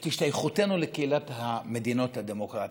את השתייכותנו לקהילת המדינות הדמוקרטיות.